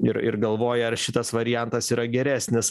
ir ir galvoja ar šitas variantas yra geresnis